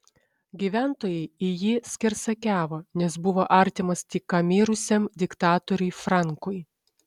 gyventojai į jį skersakiavo nes buvo artimas tik ką mirusiam diktatoriui frankui